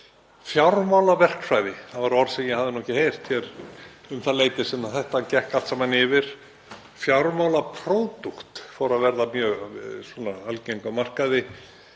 Fjármálaverkfræði, það var orð sem ég hafði ekki heyrt um það leyti sem þetta gekk allt saman yfir, en fjármála„pródúkt“ fór að verða mjög algeng á markaði